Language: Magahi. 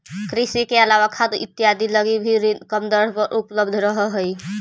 कृषि के अलावा खाद इत्यादि लगी भी ऋण कम दर पर उपलब्ध रहऽ हइ